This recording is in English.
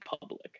public